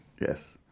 Yes